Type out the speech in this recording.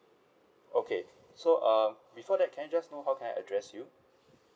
okay so uh before that can I just know how can I address you